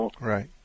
Right